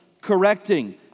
correcting